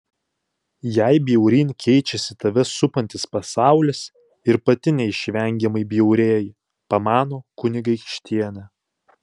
jei bjauryn keičiasi tave supantis pasaulis ir pati neišvengiamai bjaurėji pamano kunigaikštienė